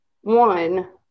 one